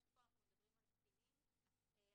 שפה אנחנו מדברים על קטינים --- רגע,